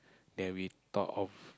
that we talk of